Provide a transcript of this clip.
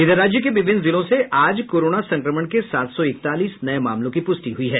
इधर राज्य के विभिन्न जिलों से आज कोरोना संक्रमण के सात सौ इकतालीस नए मामलो की पुष्टि हुई हैं